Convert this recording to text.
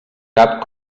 cap